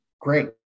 great